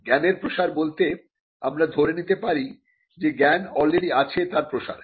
জ্ঞানের প্রসার বলতে আমরা ধরে নিতে পারি যে জ্ঞান অলরেডি আছে তার প্রসার